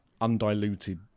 undiluted